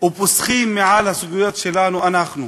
ופוסחים על הסוגיות שלנו אנחנו.